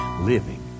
Living